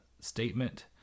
statement